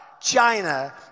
China